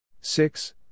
six